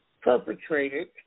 perpetrated